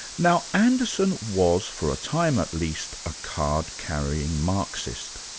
now anderson was, for a time at least, a card-carrying marxist,